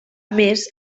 més